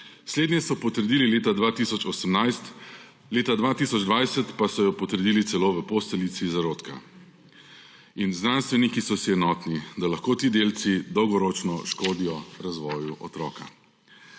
Slednje so potrdili leta 2018, leta 2020 pa so jo potrdili celo v posteljici zarodka in znanstveniki so si enotni, da lahko ti delci dolgoročno škodijo razvoju otroka.